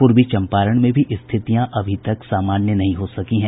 पूर्वी चंपारण में भी स्थितियां अभी तक सामान्य नहीं हो सकी हैं